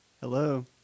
Hello